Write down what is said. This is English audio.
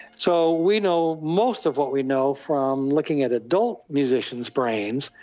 so we know most of what we know from looking at adult musicians' brains,